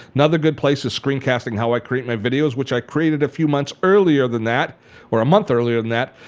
another good place is screencasting, how i create my videos, which i created a few months earlier than that or a month earlier than that.